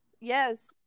Yes